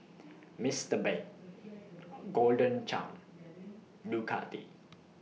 Mister Bean Golden Churn and Ducati